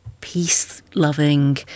peace-loving